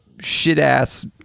shit-ass